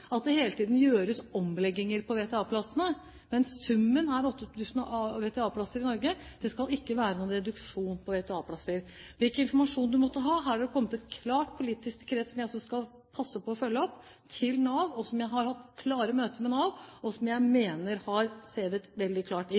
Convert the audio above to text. at det hele tiden gjøres omlegginger på VTA-plassene. Men summen er 8 000 VTA-plasser i Norge. Det skal ikke være noen reduksjon i VTA-plasser, uansett hvilken informasjon representanten måtte ha. Her har det kommet et klart politisk krav til Nav som jeg skal passe på å følge opp. Jeg har hatt klare møter med Nav, og jeg mener det har seget veldig klart